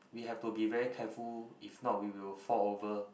we have to be very careful if not we will fall over